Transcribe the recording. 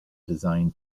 design